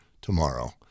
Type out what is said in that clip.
tomorrow